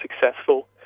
successful